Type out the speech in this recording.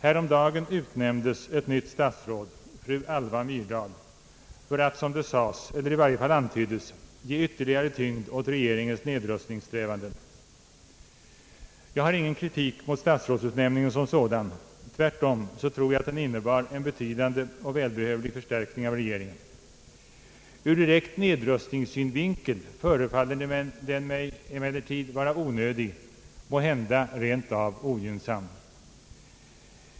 Häromdagen utnämndes ett nytt statsråd, fru Alva Myrdal, för att, såsom det sades eller i varje fall antyddes, ge ytterligare tyngd åt regeringens nedrustningssträvanden. Jag har ingen kritik mot statsrådsutnämningen som sådan — tvärtom tror jag att den innebar en betydande och välbehövlig förstärkning av regeringen. Ur direkt nedrustningssynvinkel förefaller den mig emellertid vara onödig, måhända rent av ogynnsam.